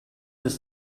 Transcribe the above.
this